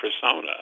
persona